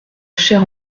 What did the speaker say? chère